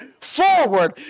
forward